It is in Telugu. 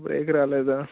బ్రేక్ రాలేదా